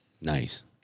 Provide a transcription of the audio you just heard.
Nice